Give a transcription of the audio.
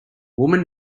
woman